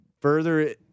further